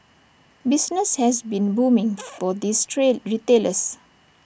business has been booming for these retailers